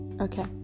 Okay